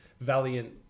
Valiant